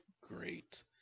great